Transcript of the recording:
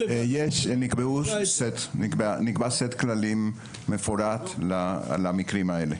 נקבע סט כללים מפורט למקרים האלה.